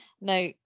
Now